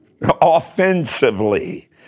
offensively